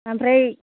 ओमफ्राय